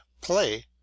play